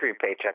paycheck